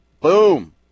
boom